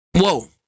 Whoa